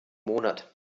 monat